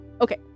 Okay